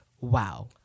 wow